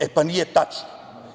E pa, nije tačno.